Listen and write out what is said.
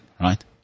right